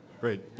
Great